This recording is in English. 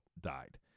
died